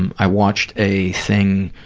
and i watched a thing,